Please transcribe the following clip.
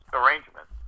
arrangement